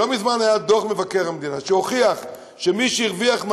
לא מזמן היה דוח מבקר המדינה שהוכיח שמי שהרוויחו